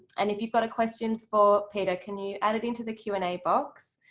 and if you've got a question for peter, can you add it into the q and a box?